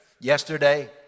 yesterday